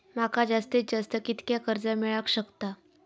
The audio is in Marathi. माका जास्तीत जास्त कितक्या कर्ज मेलाक शकता?